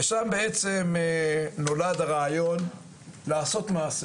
ושם בעצם נולד הרעיון לעשות מעשה.